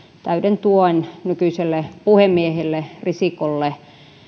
täyden tuen nykyiselle puhemiehelle risikolle